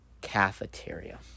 cafeteria